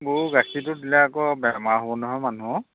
গৰু গাখীৰটো দিলে আকৌ বেমাৰ হ'ব নহয় মানুহৰ